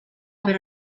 pero